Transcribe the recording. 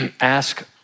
ask